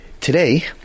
Today